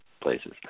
places